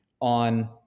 on